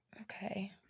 okay